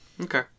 Okay